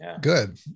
good